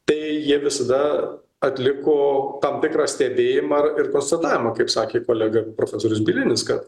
tai jie visada atliko tam tikrą stebėjimą ir ir konstatavimą kaip sakė kolega profesorius bielinis kad